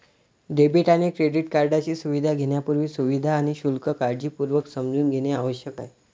debit आणि credit कार्डची सुविधा घेण्यापूर्वी, सुविधा आणि शुल्क काळजीपूर्वक समजून घेणे आवश्यक आहे